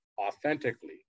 authentically